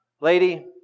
Lady